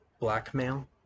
blackmail